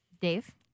Dave